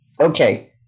Okay